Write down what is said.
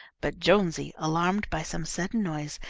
but jonesy, alarmed by some sudden noise,